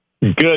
Good